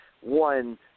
One